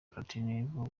platinum